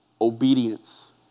Obedience